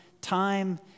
time